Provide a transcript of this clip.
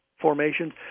formations